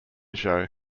show